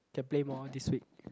can play more this week